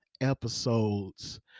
episodes